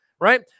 right